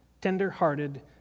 tender-hearted